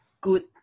good